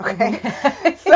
okay